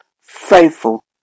faithful